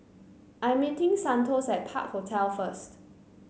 I'm meeting Santos at Park Hotel first